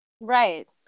Right